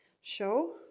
show